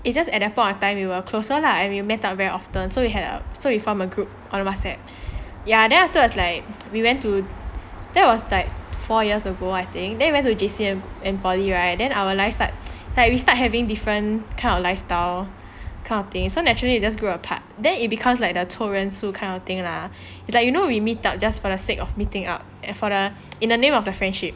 it's just at that point of time we were closer lah and we met up very often so we have so we formed a group on whatsapp ya then afterwards like we went to that was like four years ago I think then we went to J_C and poly right then our life start like we start having different kind of lifestyle kind of thing so naturally you just grew apart then it becomes like the 凑人数 kind of thing lah it's like you know we meet up just for the sake of meeting up and for in the name of the friendship